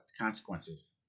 consequences